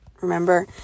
remember